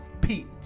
Pete